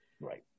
Right